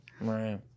Right